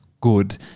good